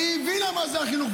כי היא הבינה מה זה חינוך,